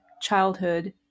childhood